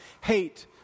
hate